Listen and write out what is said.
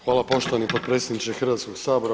Hvala poštovani potpredsjedniče Hrvatskog sabora.